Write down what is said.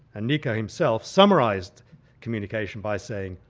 niko himself summarised communication by saying,